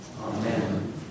Amen